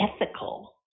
ethical